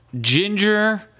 Ginger